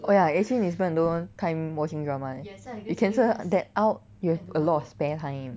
oh ya actually 你 spend 很多 time watching drama eh you cancel that out you have a lot of spare time